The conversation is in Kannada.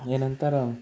ಏನಂತಾರೋ